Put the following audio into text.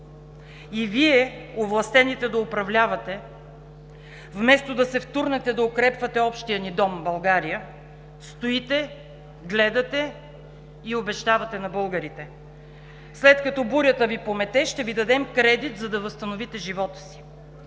и Вие – овластените да управлявате, вместо да се втурнете да укрепвате общия ни дом – България, стоите, гледате и обещавате на българите: след като бурята Ви помете, ще Ви дадем кредит, за да възстановите живота си,